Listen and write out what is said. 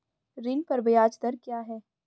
ऋण पर ब्याज दर क्या है?